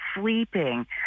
sleeping